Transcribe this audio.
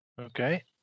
Okay